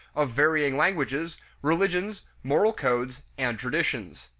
of varying languages, religions, moral codes, and traditions.